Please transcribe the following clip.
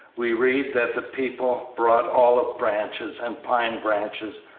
we read that the people brought olive-branches and pine-branches,